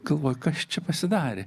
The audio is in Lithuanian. galvoji kas čia pasidarė